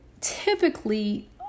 typically